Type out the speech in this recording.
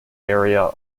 area